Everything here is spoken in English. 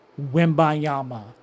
Wimbayama